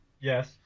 yes